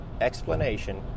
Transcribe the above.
explanation